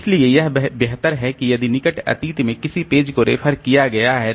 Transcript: इसलिए यह बेहतर है कि यदि निकट अतीत में किसी पेज को रेफर किया गया है